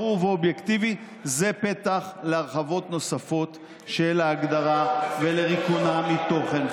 ברור ואובייקטיבי זה פתח להרחבות נוספות של ההגדרה ולריקונה מתוכן,